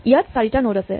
ইয়াত চাৰিটা নড আছে